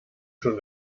schon